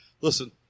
Listen